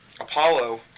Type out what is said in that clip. Apollo